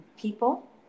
People